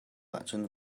ahcun